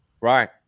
Right